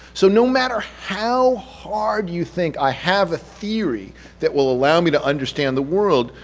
so, no matter how hard you think i have a theory that will allow me to understand the world,